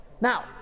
Now